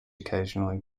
occasionally